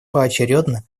поочередно